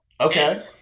Okay